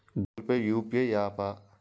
Google Pay UPI య్యాపా?